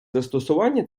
застосування